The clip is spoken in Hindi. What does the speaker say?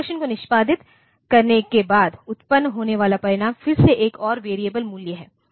इंस्ट्रक्शन को निष्पादित करने के बाद उत्पन्न होने वाला परिणाम फिर से एक और वेरिएबल मूल्य है